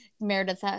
meredith